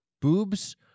boobs